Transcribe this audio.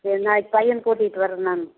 சரி நாளைக்கி பையனை கூட்டிட்டு வரேன் நான்